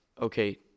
Okay